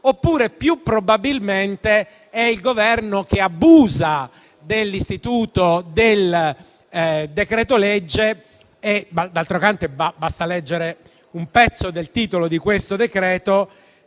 oppure, più probabilmente, è il Governo che abusa dell'istituto del decreto-legge. D'altro canto, basta leggere una parte del titolo di questo decreto,